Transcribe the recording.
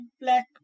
Black